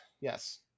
yes